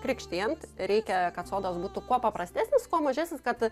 krikštijant reikia kad sodas būtų kuo paprastesnis kuo mažesnis kad